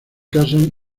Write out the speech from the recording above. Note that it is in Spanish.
casan